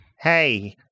Hey